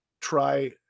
try